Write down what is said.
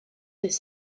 des